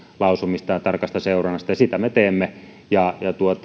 lausumista ja tarkasta seurannasta ja sitä me teemme ja